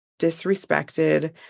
disrespected